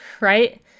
right